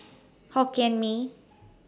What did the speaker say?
Hokkien Mee